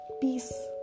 peace